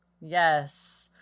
Yes